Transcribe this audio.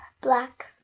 black